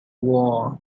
wall